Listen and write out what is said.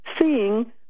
seeing